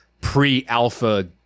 pre-alpha